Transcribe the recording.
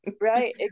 right